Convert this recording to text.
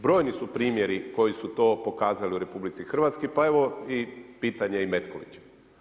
Brojni su primjeri koji su to pokazali u RH pa evo i pitanje Metkovića.